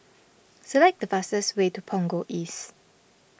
select the fastest way to Punggol East